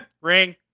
ring